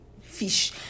fish